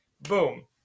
Boom